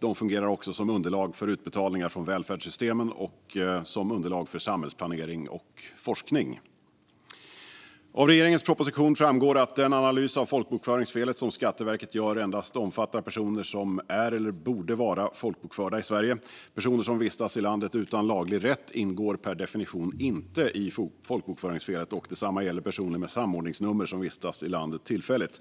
De fungerar också som underlag för utbetalningar från välfärdssystemen och som underlag för samhällsplanering och forskning. Av regeringens proposition framgår att den analys av folkbokföringsfelet som Skatteverket gör endast omfattar personer som är eller borde vara folkbokförda i Sverige. Personer som vistas i landet utan laglig rätt ingår per definition inte i folkbokföringsfelet, och detsamma gäller personer med samordningsnummer som vistas i landet tillfälligt.